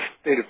state